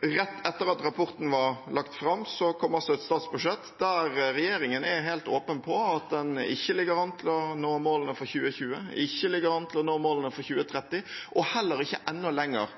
Rett etter at rapporten var lagt fram, kom det et statsbudsjett der regjeringen er helt åpen på at en ikke ligger an til å nå målene for 2020, at en ikke ligger an til å nå målene for 2030 – og heller ikke enda lenger